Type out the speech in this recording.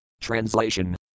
Translation